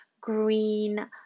green